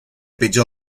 pitjor